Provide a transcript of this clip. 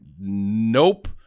nope